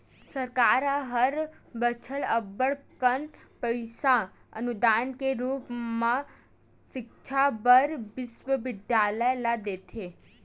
सरकार ह हर बछर अब्बड़ कन पइसा अनुदान के रुप म सिक्छा बर बिस्वबिद्यालय ल देथे